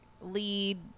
Lead